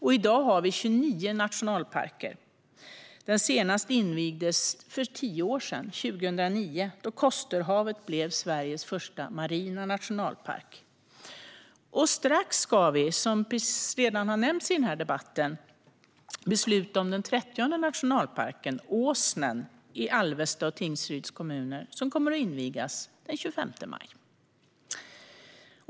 I dag har vi 29 nationalparker. Den senaste invigdes för tio år sedan, 2009, då Kosterhavet blev Sveriges första marina nationalpark. Och strax ska vi, som redan har nämnts i den här debatten, besluta om den 30:e nationalparken, Åsnen, i Alvesta och Tingsryds kommuner, som kommer att invigas den 25 maj.